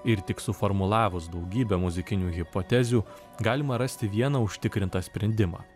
ir tik suformulavus daugybę muzikinių hipotezių galima rasti vieną užtikrintą sprendimą